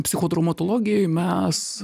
psichotraumatologijoj mes